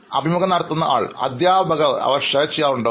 അഭിമുഖം നടത്തുന്നയാൾ അധ്യാപകർ അവ പങ്കിടാറുണ്ടോ